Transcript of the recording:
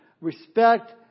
respect